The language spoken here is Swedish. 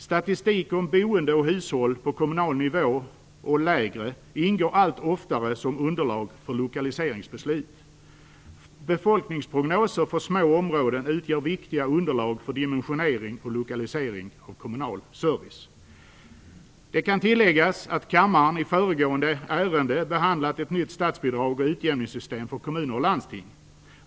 Statistik om boende och hushåll på kommunal nivå och lägre ingår allt oftare som underlag för lokaliseringsbeslut. Befolkningsprognoser för små områden utgör viktiga underlag för dimensionering och lokalisering av kommunal service. Det kan tilläggas att kammaren i föregående ärende behandlat ett nytt statsbidrag och utjämningssystem för kommuner och landsting.